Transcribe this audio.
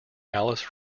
alice